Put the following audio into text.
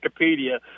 Wikipedia